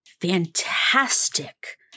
fantastic